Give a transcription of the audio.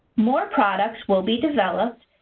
more products will be developed,